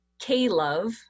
K-Love